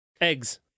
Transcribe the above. Eggs